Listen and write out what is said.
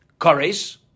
Kares